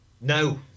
no